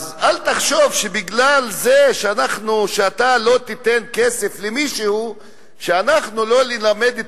אז אל תחשוב שבגלל זה שאתה לא תיתן כסף למישהו אנחנו לא נלמד את